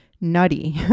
nutty